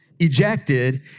ejected